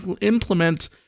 implement